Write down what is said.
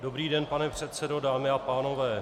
Dobrý den, pane předsedo, dámy a pánové.